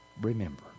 remember